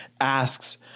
asks